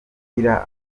ugira